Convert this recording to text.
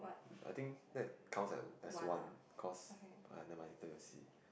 I think that counts as as one cause err never mind late we'll see